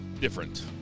Different